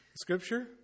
scripture